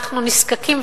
אנחנו נזקקים,